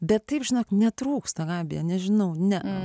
bet taip žinok netrūksta gabija nežinau ne